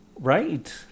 Right